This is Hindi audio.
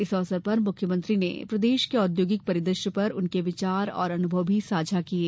इस अवसर पर मुख्यमंत्री ने प्रदेश के औद्योगिक परिदृश्य पर उनके विचार व अनुभव भी साझा किये